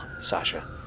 Sasha